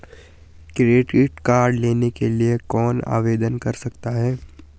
Credit card लेने के लिए कौन आवेदन कर सकता है?